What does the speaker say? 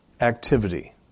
activity